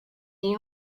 you